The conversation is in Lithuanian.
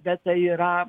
bet tai yra